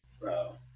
Bro